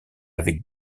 avec